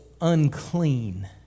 unclean